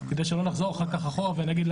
כדי שלא נחזור אחר כך אחורה ונגיד: